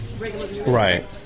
Right